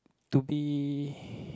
to be